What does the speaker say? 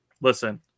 Listen